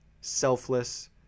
Selfless